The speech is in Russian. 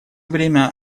время